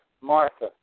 Martha